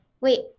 wait